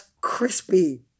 Crispy